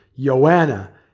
Joanna